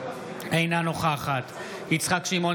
אינה נוכחת יצחק שמעון